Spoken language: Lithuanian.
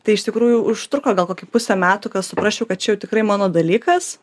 tai iš tikrųjų užtruko gal kokį pusę metų kad suprasčiau kad čia tikrai mano dalykas